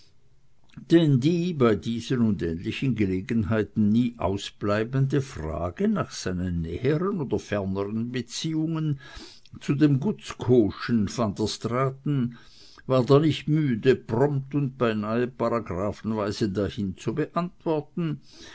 denn die bei diesen und ähnlichen gelegenheiten nie ausbleibende frage nach seinen näheren oder ferneren beziehungen zu dem gutzkowschen vanderstraaten ward er nicht müde prompt und beinahe paragraphenweise dahin zu beantworten